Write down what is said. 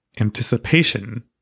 anticipation